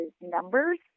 numbers